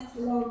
שלום.